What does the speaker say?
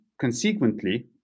consequently